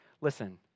Listen